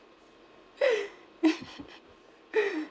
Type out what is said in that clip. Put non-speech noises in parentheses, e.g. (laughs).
(laughs)